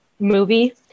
movie